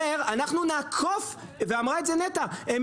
אומר: אנחנו נעקוף ואמרה את זה נת"ע הם